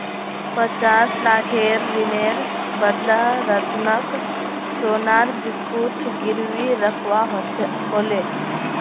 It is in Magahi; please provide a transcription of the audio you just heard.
पचास लाखेर ऋनेर बदला रतनक सोनार बिस्कुट गिरवी रखवा ह ले